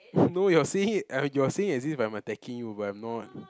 no you're saying it you're you're saying it as if I'm attacking you but I'm not